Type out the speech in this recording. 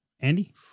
Andy